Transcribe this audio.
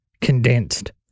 condensed